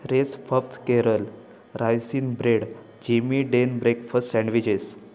race puffs Kerala raisin bread झिमी डेन breakfast sandwiches